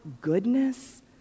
goodness